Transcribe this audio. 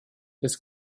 des